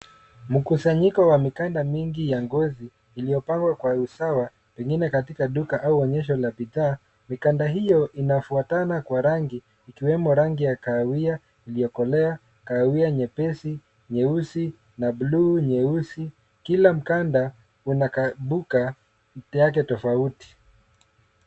Mkusanyiko wa mikanda nyingi ya ngozi iliyopangwa kwa usawa pengine katika duka au onyesho la bidhaa. Mikanda hiyo inafuatana kwa rangi ikiwemo rangi ya kahawia iliyokolea, kahawia nyepesi, nyeusi na blue nyeusi. Kila mkanda una kabuka yake tofauti.